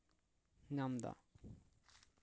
ᱧᱟᱢ ᱮᱫᱟ